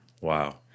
Wow